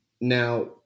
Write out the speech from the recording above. Now